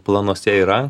planuose yra